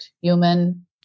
human